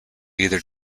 either